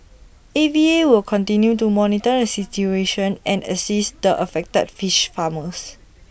A V A will continue to monitor the situation and assist the affected fish farmers